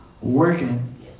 working